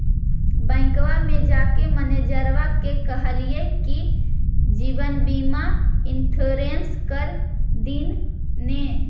बैंकवा मे जाके मैनेजरवा के कहलिऐ कि जिवनबिमा इंश्योरेंस कर दिन ने?